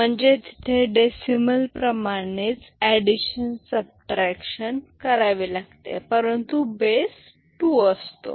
म्हणजे तिथे डेसिमल प्रमाणेच एडिशन सबट्रॅक्शन करावी लागते परंतु बेस 2 असतो